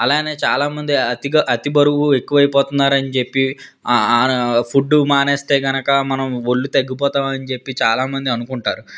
అలాగే చాలామంది అతిగా అతి బరువు ఎక్కువ అయిపోతున్నారు అని చెప్పి ఫుడ్డు మానేస్తే కనుక మనం ఒళ్ళు తగ్గిపోతా అని చెప్పి చాలా మంది అనుకుంటారు